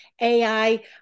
AI